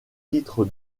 titres